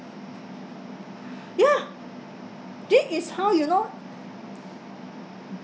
yeah that is how you know